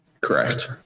Correct